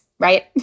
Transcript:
Right